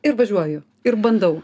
ir važiuoju ir bandau